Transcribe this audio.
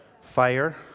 Fire